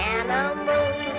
Animals